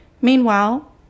Meanwhile